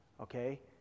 okay